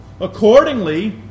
Accordingly